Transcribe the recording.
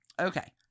Okay